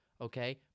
Okay